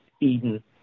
Eden